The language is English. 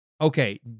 okay